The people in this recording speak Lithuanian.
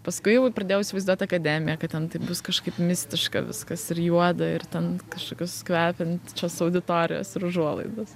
paskui jau pradėjau įsivaizduoti akademiją kad ten taip bus kažkaip mistiška viskas ir juoda ir ten kažkokios kvepiančios auditorijos ir užuolaidos